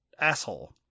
asshole